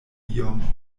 iom